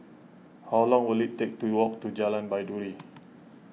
how long will it take to walk to Jalan Baiduri